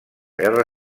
guerra